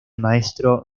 maestro